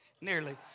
nearly